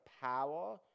power